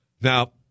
Now